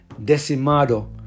decimado